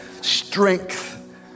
Strength